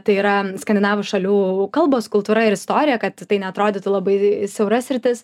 tai yra skandinavų šalių kalbos kultūra ir istorija kad tai neatrodytų labai siaura sritis